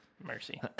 Mercy